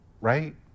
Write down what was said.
right